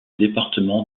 département